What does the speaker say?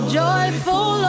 joyful